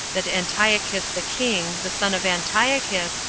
that antiochus the king, the son of antiochus,